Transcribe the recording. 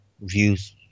views